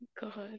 God